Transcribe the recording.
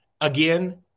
Again